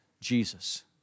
Jesus